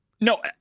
No